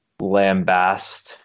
lambast